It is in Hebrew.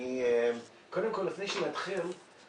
קודם כל לפני שנתחיל אני